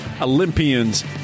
Olympians